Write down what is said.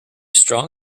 strong